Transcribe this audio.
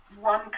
one